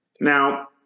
Now